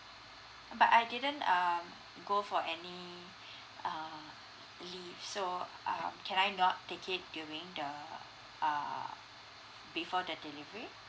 but I didn't um go for any err leave so um can I not take it during the err before the delivery